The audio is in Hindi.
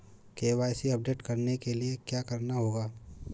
के.वाई.सी अपडेट करने के लिए क्या करना होगा?